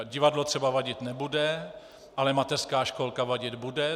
Divadlo třeba vadit nebude, ale mateřská školka vadit bude.